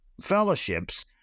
fellowships